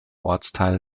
ortsteil